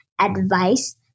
advice